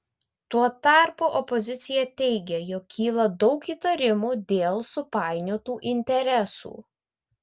tuo tarpu opozicija teigia jog kyla daug įtarimų dėl supainiotų interesų